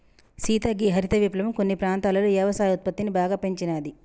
సీత గీ హరిత విప్లవం కొన్ని ప్రాంతాలలో యవసాయ ఉత్పత్తిని బాగా పెంచినాది